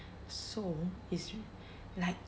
so it's like